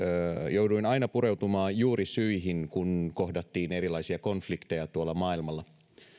jouduin aina pureutumaan juurisyihin kun kohdattiin erilaisia konflikteja tuolla maailmalla